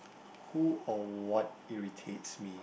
who or what irritates me